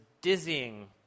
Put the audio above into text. dizzying